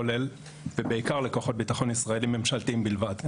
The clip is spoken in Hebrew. כולל ובעיקר לכוחות ביטחון ישראליים ממשלתיים בלבד.